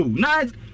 nice